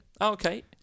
okay